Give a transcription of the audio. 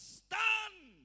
stand